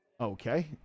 Okay